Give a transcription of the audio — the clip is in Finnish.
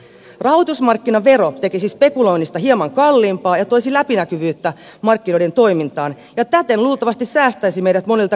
rahoitusmarkkinavero tekisi spekuloinnista hieman kalliimpaa ja toisi läpinäkyvyyttä markkinoiden toimintaan ja täten säästäisi meidät monilta kriiseiltä